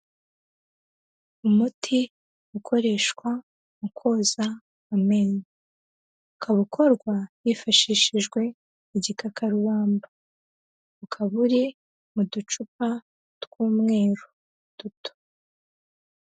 Umuti ukoreshwa mu koza amenyo. Ukaba uko hifashishijwe igikakarubamba, ukaba uri mu ducupa tw'umweru duto.